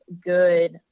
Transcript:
good